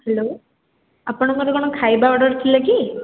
hello ଆପଣଙ୍କର କ'ଣ ଖାଇବା ଅର୍ଡ଼ର୍ ଥିଲା କି